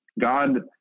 God